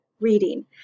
reading